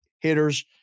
hitters